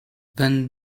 vingt